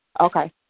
Okay